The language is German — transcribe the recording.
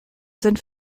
sind